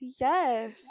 Yes